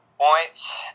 points